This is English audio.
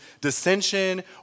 dissension